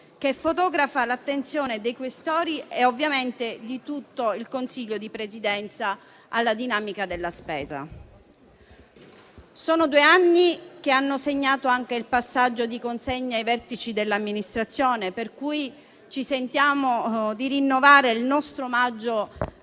che fotografa l'attenzione dei Questori e, ovviamente, di tutto il Consiglio di Presidenza alla dinamica della spesa. Sono due anni che hanno segnato anche il passaggio di consegne ai vertici dell'Amministrazione, per cui ci sentiamo di rinnovare il nostro omaggio